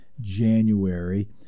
January